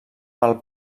pel